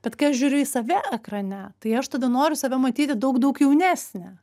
bet kai aš žiūriu į save ekrane tai aš tada noriu save matyti daug daug jaunesnę